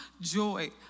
joy